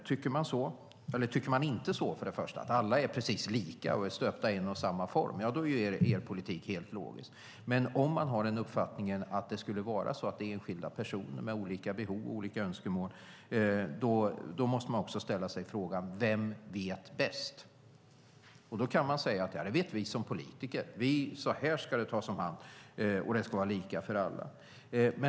Om man inte tycker så utan tycker att alla är precis lika och stöpta i samma form är er politik helt logisk, men har man uppfattningen att de är enskilda personer med olika behov och olika önskemål måste man också ställa sig frågan: Vem vet bäst? Då kan man säga att vi som politiker vet bäst; så här ska det tas om hand, och det ska vara lika för alla.